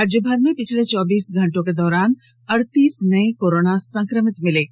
राज्यभर में पिछले चौबीस घंटे के दौरान अढ़तीस नए कोरोना संक्रमित मिले हैं